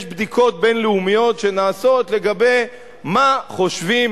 יש בדיקות בין-לאומיות שנעשות לגבי מה חושבים,